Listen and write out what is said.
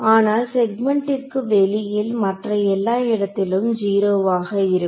ஆனால் செக்மென்ட்ற்கு வெளியில் மற்ற எல்லா இடத்திலும் ஜீரோவாக இருக்கும்